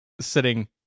sitting